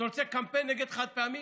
אתה רוצה קמפיין נגד חד-פעמי?